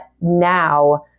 now